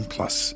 Plus